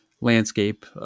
landscape